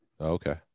Okay